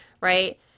right